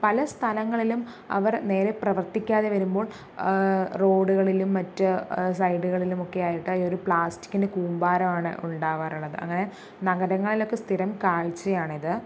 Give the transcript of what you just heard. പല സ്ഥലങ്ങളിലും അവർ നേരെ പ്രവർത്തിക്കാതെ വരുമ്പോൾ റോഡുകളിലും മറ്റും സൈഡുകളിലും ഒക്കെ ആയിട്ട് ഒരു പ്ലാസ്റ്റിക്കിൻ്റെ കൂമ്പാരം ആണ് ഉണ്ടാവാറുള്ളത് അങ്ങനെ നഗരങ്ങളിലൊക്കെ സ്ഥിരം കാഴ്ചയാണിത്